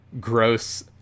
gross